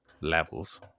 levels